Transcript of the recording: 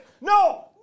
No